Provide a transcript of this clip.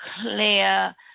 clear